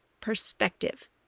perspective